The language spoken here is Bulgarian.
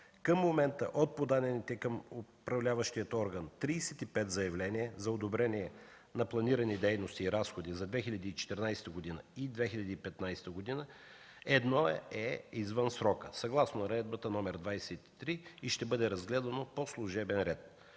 Към момента от подадените към управляващия орган 35 заявления за одобрение на планирани дейности и разходи за2014 г. и 2015 г. едно е извън срока съгласно Наредба № 23 и ще бъде разгледано по служебен ред.